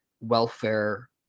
welfare